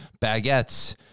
baguettes